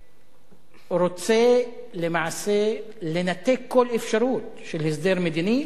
שרוצה למעשה לנתק כל אפשרות של הסדר מדיני,